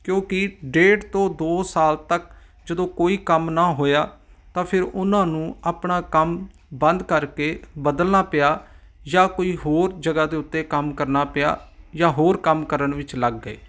ਕਿਉਂਕਿ ਡੇਢ ਤੋਂ ਦੋ ਸਾਲ ਤੱਕ ਜਦੋਂ ਕੋਈ ਕੰਮ ਨਾ ਹੋਇਆ ਤਾਂ ਫਿਰ ਉਹਨਾਂ ਨੂੰ ਆਪਣਾ ਕੰਮ ਬੰਦ ਕਰਕੇ ਬਦਲਣਾ ਪਿਆ ਜਾਂ ਕੋਈ ਹੋਰ ਜਗ੍ਹਾ ਦੇ ਉੱਤੇ ਕੰਮ ਕਰਨਾ ਪਿਆ ਜਾਂ ਹੋਰ ਕੰਮ ਕਰਨ ਵਿੱਚ ਲੱਗ ਗਏ